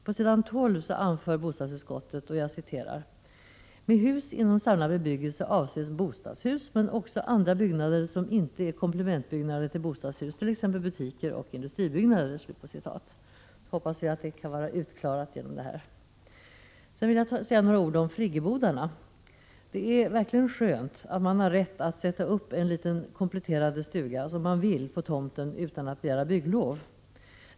På s. 12 anför bostadsutskottet: ”——— med hus inom samlad bebyggelse avses bostadshus men också andra byggnader som inte är komplementbyggnader till bostadshus, t.ex. butiker och industribyggnader.” Jag hoppas att det kan vara utklarat genom det här. Sedan vill jag säga några ord om friggebodarna. Det är verkligen skönt att man har rätt att sätta upp en liten kompletterande stuga som man vill på tomten utan att begära bygglov.